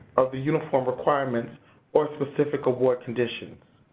of the uniform requirements or specific award conditions.